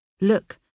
look